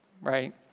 right